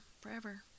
forever